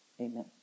Amen